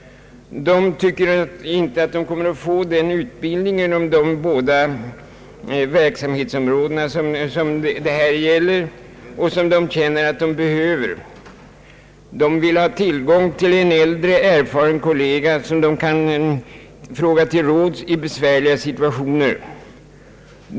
De tycker inte att de kommer att få tillräcklig utbildning inom de båda verksamhetsområden det här gäller, en utbildning som de känner att de behöver. De vill ha tillgång till en äldre, erfaren kollega, som de kan fråga till råds i besvärliga situationer.